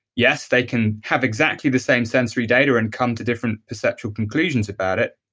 yes, they can have exactly the same sensory data and come to different perceptual conclusions about it